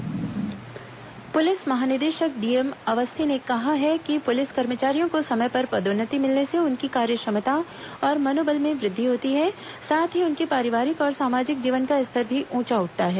DM Awasthi police कर्मचारी police महानिदेशक DM Awasthi ने कहा है कि पुलिस कर्मचारियों को समय पर पदोन्नति मिलने से उनकी कार्यक्षमता और मनोबल में वृद्वि होती है साथ ही उनके पारिवारिक और सामाजिक जीवन का स्तर भी ऊ चा उठता है